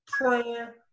prayer